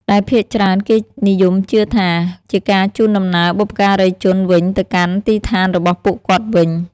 ដែលភាគច្រើនគេនិយមជឿថា ជាការជូនដំណើរបុព្វការីជនវិញទៅកាន់ទីឋានរបស់ពួកគាត់វិញ។